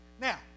now